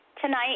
Tonight